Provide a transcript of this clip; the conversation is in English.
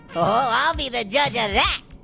oh i'll be the judge of that.